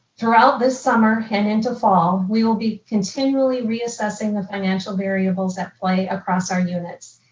throughout this summer and into fall, we will be continually reassessing the financial variables at play across our units.